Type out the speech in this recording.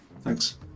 Thanks